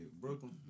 Brooklyn